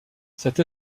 cette